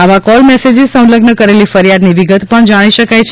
આવા call messages સંલગ્ન કરેલી ફરિયાદની વિગત પણ જાણી શકાય છે